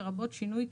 לרבות שינוי,